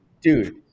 dude